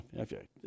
Okay